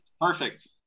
Perfect